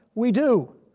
we do.